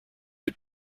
had